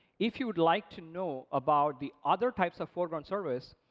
if you would like to know about the other types of foreground service,